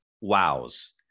wows